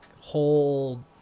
whole